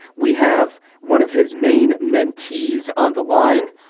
we have one of his main mentees on the line.